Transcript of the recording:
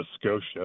Scotia